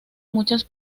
muchas